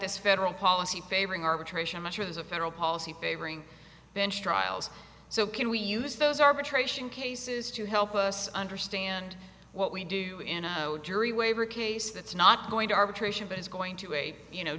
this federal policy favoring arbitration much as a federal policy favoring bench trials so can we use those arbitration cases to help us understand what we do in a jury waiver case that's not going to arbitration but is going to wait you know